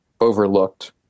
overlooked